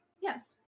Yes